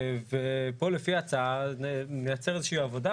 ופה, לפי ההצעה נייצר איזה שהיא עבודה.